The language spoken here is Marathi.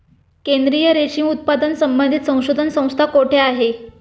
केंद्रीय रेशीम उत्पादन संबंधित संशोधन संस्था कोठे आहे?